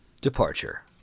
Departure